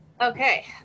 Okay